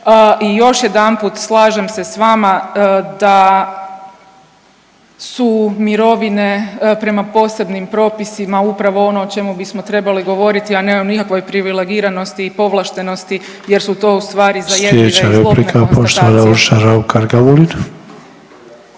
I još jedanput slažem se vama da su mirovine prema posebnim propisima upravo ono o čemu bismo trebali govoriti, a ne o nikakvoj privilegiranosti i povlaštenosti jer su ustvari zajedljive i zlobne konstatacije.